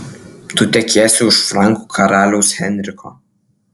tu tekėsi už frankų karaliaus henriko